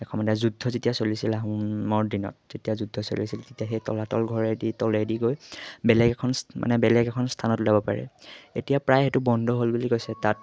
এসময়ত যুদ্ধ যেতিয়া চলিছিল আহোমৰ দিনত যেতিয়া যুদ্ধ চলিছিল তেতিয়া সেই তলাতল ঘৰেদি তলেদি গৈ বেলেগ এখন চ মানে বেলেগ এখন স্থানত ওলাব পাৰে এতিয়া প্ৰায় সেইটো বন্ধ হ'ল বুলি কৈছে তাত